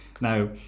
now